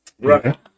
Right